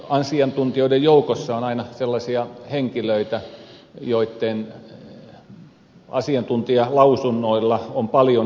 sitten asiantuntijoiden joukossa on aina sellaisia henkilöitä joitten asiantuntijalausunnoilla on paljon painoarvoa